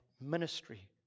ministry